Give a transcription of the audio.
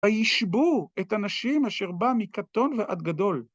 וישבו את הנשים אשר בם מקטון ועד גדול.